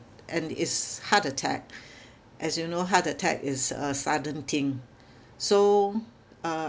and it's heart attack as you know heart attack is a sudden thing so uh